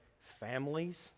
families